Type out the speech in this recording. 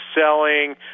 selling